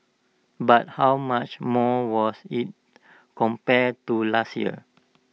but how much more was IT compared to last year